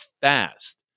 fast